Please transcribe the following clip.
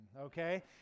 okay